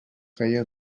feia